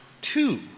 two